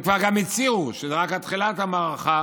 הם כבר גם הצהירו שזו רק תחילת המערכה